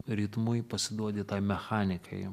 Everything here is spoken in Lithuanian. ritmui pasiduodi tai mechanikai